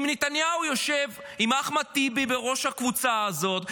עם נתניהו יושב עם אחמד טיבי בראש הקבוצה הזאת,